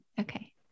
Okay